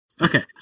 Okay